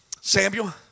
Samuel